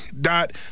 dot